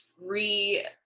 re-